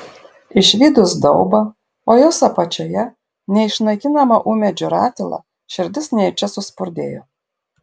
išvydus daubą o jos apačioje neišnaikinamą ūmėdžių ratilą širdis nejučia suspurdėjo